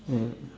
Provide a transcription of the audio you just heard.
ya